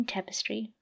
Tapestry